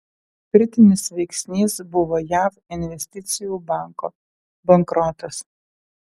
kritinis veiksnys buvo jav investicijų banko bankrotas